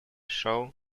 show